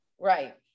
Right